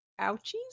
Ouchies